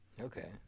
Okay